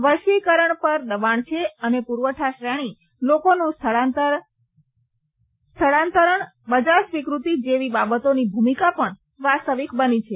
વૈશ્વિકકરણ પર દબાણ છે અને પુરવઠા શ્રેણી લોકોનું સ્થળાંતરણ બજાર સ્વીક્રતિ જેવી બાબતોની ભૂમિકા પણ વાસ્તવિક બની છે